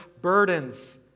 burdens